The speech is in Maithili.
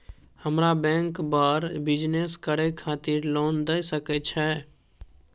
हमरा बैंक बर बिजनेस करे खातिर लोन दय सके छै?